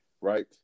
right